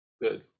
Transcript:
good